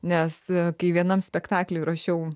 nes kai vienam spektakliui ruošiau